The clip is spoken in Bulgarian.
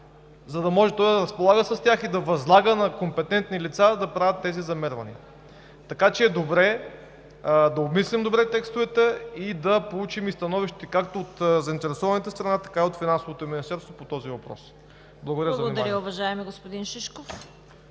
за да може той да разполага с тях и да възлага на компетентни лица да правят тези замервания. Така че е добре да обмислим текстовете и да получим становища както от заинтересованата страна, така и от Финансовото министерство по този въпрос. Благодаря за вниманието. ПРЕДСЕДАТЕЛ ЦВЕТА